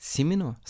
Simino